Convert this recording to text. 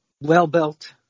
well-built